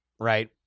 right